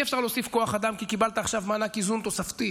ואי-אפשר להוסיף כוח אדם כי קיבלת עכשיו מענק איזון תוספתי.